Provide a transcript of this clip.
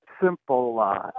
simple